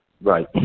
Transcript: Right